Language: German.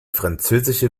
französische